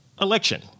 Election